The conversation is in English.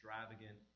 extravagant